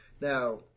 Now